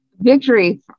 Victory